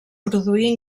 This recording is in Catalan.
produir